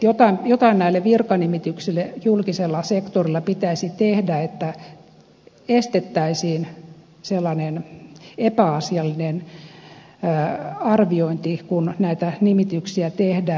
jotain näille virkanimityksille julkisella sektorilla pitäisi tehdä että estettäisiin sellainen epäasiallinen arviointi kun näitä nimityksiä tehdään